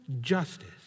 justice